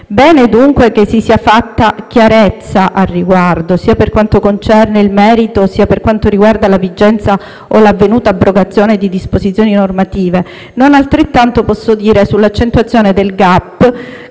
bene, dunque, che si sia fatta chiarezza al riguardo, sia per quanto concerne il merito sia per quanto riguarda la vigenza o l'avvenuta abrogazione di disposizioni normative. Non altrettanto posso dire sull'accentuazione del *gap*